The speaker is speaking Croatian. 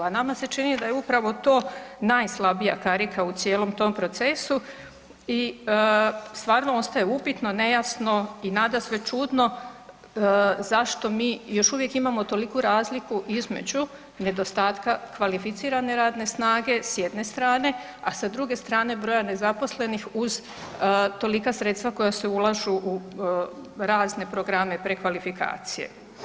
A nama se čini da je upravo to najslabija karika u cijelom tom procesu i stvarno ostaje upitno, nejasno i nadasve čudno zašto mi još uvijek imamo toliku razliku između nedostatka kvalificirane radne snage s jedne strane a sa druge strane broja nezaposlenih uz tolika sredstva koja se ulažu u razne programe prekvalifikacije.